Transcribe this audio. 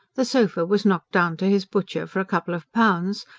the sofa was knocked down to his butcher for a couple of pounds,